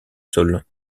sol